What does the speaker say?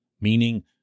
meaning